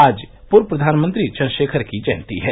आज पूर्व प्रधानमंत्री चन्द्रशेखर की जयंती है